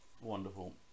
Wonderful